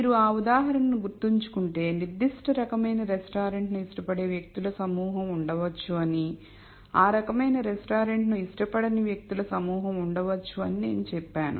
మీరు ఆ ఉదాహరణను గుర్తుంచుకుంటే నిర్దిష్ట రకమైన రెస్టారెంట్ను ఇష్టపడే వ్యక్తుల సమూహం ఉండవచ్చు అని ఆ రకమైన రెస్టారెంట్ను ఇష్టపడని వ్యక్తుల సమూహం ఉండవచ్చు అని నేను చెప్పాను